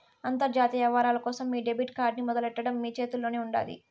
అంతర్జాతీయ యవ్వారాల కోసం మీ డెబిట్ కార్డ్ ని మొదలెట్టడం మీ చేతుల్లోనే ఉండాది